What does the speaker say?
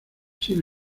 sin